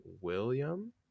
William